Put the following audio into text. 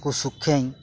ସୁଖେଇ